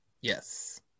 yes